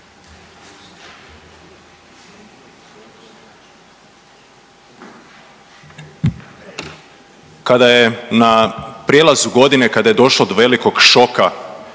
Kada je na prijelazu godine, kada je došlo do velikog šoka